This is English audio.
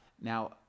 Now